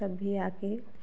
तब भी आकर